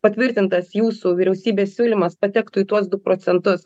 patvirtintas jūsų vyriausybės siūlymas patektų į tuos du procentus